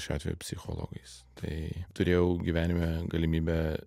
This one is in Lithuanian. šiuo atveju psichologais tai turėjau gyvenime galimybę